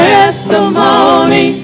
Testimony